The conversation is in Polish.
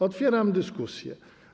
Otwieram dyskusję.